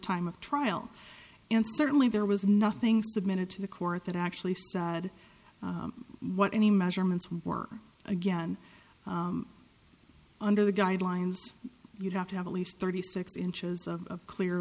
time of trial and certainly there was nothing submitted to the court that actually said what any measurements were again under the guidelines you'd have to have at least thirty six inches of clear